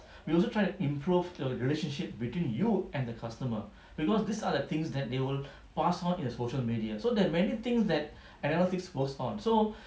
we also try to improve the relationship between you and the customer because these are the things that they will pass on in a social media so there are many things that analytics works on so